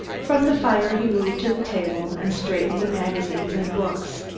from the fire, he moved to the table and straightened the magazines and books,